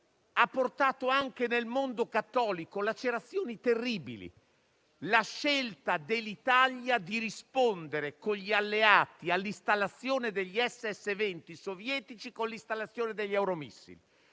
terribili anche nel mondo cattolico: la scelta dell'Italia di rispondere con gli alleati all'installazione degli SS20 sovietici con l'installazione degli euromissili.